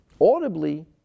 audibly